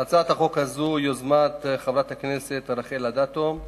הצעת החוק הזו היא יוזמת חברת הכנסת רחל אדטו,